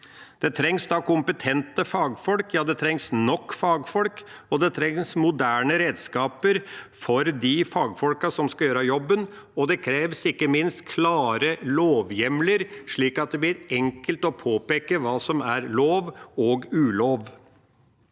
Det trengs da kompetente fagfolk. Ja, det trengs nok fagfolk, og det trengs moderne redskaper for de fagfolkene som skal gjøre jobben. Det kreves ikke minst klare lovhjemler, slik at det blir enkelt å påpeke hva som er lov og ulov.